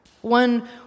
one